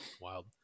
Wild